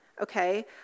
okay